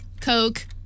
Coke